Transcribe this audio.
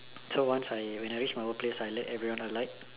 so once I when I reach my workplace right I let everyone alight